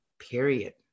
period